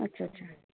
अच्छा अच्छा